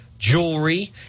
Jewelry